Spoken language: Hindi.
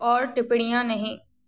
और टिप्पणियाँ नहीं